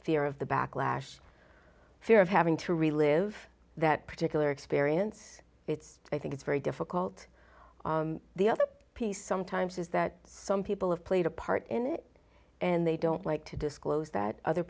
fear of the backlash fear of having to relive that particular experience it's i think it's very difficult on the other piece sometimes is that some people have played a part in it and they don't like to disclose th